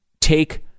take